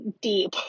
deep